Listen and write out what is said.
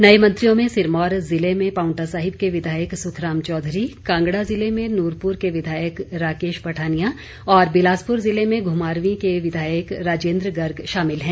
नए मंत्रियों में सिरमौर जिले में पांवटा साहिब के विधायक सुखराम चौधरी कांगड़ा जिले में नुरपूर के विधायक राकेश पठानिया और बिलासपुर जिले में घुमारवी के विधायक राजेंद्र गर्ग शामिल है